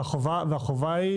והחובה,